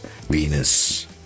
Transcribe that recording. Venus